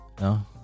No